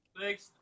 Thanks